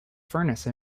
furnace